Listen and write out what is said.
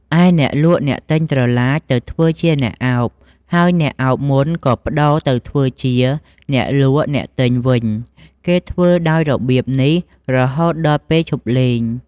ឯអ្នកលក់អ្នកទិញត្រឡាចទៅធ្វើជាអ្នកឱប ហើយអ្នកឱបមុនក៏ប្តួរទៅធ្វើជាអ្នកលក់ អ្នកទិញវិញ គេធ្វើ ដោយរបៀបនេះរហូតដល់ពេលឈប់លេង។